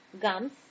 gums